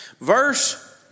Verse